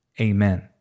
Amen